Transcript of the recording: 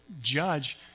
judge